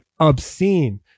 obscene